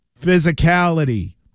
Physicality